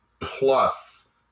Plus